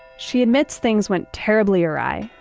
she admits things went terribly awry,